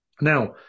Now